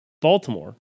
Baltimore